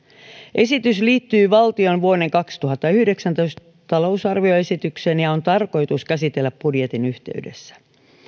esitys liittyy valtion vuoden kaksituhattayhdeksäntoista talousarvioesitykseen ja se on tarkoitus käsitellä budjetin yhteydessä